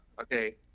Okay